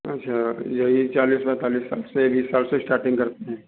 अच्छा यही चालीस पैंतालिस साल से बीस साल से स्टार्टिंग करते हैं